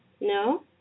No